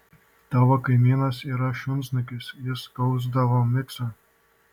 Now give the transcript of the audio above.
tavo kaimynas yra šunsnukis jis skausdavo miksą